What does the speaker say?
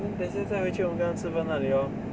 等一下再回去我们刚刚吃过那里 lor